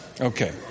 okay